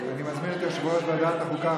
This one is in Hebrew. אני מזמין את יושב-ראש ועדת חוקה,